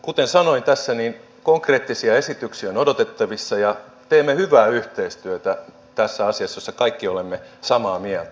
kuten sanoin tässä niin konkreettisia esityksiä on odotettavissa ja teemme hyvää yhteistyötä tässä asiassa jossa kaikki olemme samaa mieltä